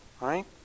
Right